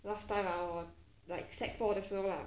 last time ah like sec four 的时候 lah